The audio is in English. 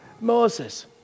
Moses